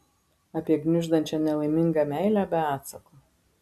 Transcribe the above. apie gniuždančią nelaimingą meilę be atsako